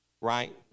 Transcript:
right